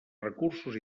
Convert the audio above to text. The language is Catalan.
recursos